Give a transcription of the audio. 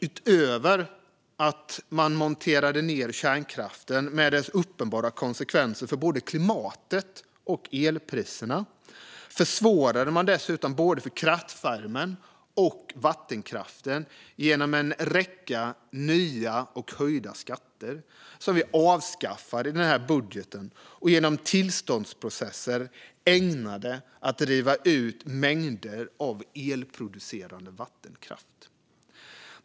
Utöver att man monterade ned kärnkraften, med uppenbara konsekvenser för både klimatet och elpriserna, försvårade man både för kraftvärmen och vattenkraften genom en räcka nya och höjda skatter, som vi avskaffar i den här budgeten, och genom tillståndsprocesser ägnade att riva ut mängder av elproducerande vattenkraft.